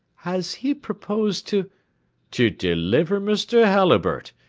has he proposed to to deliver mr. halliburtt,